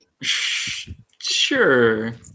Sure